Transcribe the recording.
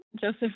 Joseph